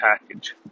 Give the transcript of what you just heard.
package